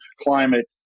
climate